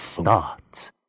starts